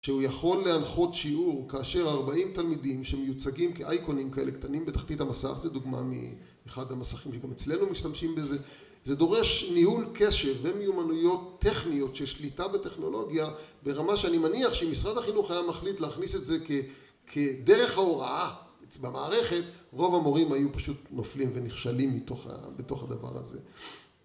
שהוא יכול להנחות שיעור כאשר ארבעים תלמידים שמיוצגים כאייקונים כאלה קטנים בתחתית המסך זו דוגמה מאחד המסכים שגם אצלנו משתמשים בזה זה דורש ניהול קשב ומיומנויות טכניות ששליטה בטכנולוגיה ברמה שאני מניח שאם משרד החינוך היה מחליט להכניס את זה כדרך ההוראה במערכת רוב המורים היו פשוט נופלים ונכשלים בתוך הדבר הזה